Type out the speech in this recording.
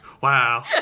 Wow